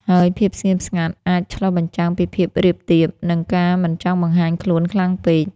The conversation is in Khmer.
ហើយភាពស្ងៀមស្ងាត់អាចឆ្លុះបញ្ចាំងពីភាពរាបទាប និងការមិនចង់បង្ហាញខ្លួនខ្លាំងពេក។